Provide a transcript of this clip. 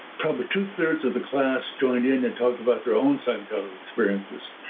probably two-thirds of the class joined in and talked about their own psychedelic experiences.